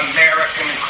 American